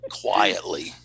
quietly